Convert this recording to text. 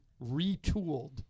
retooled